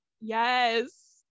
yes